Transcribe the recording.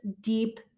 deep